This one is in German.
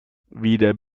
weder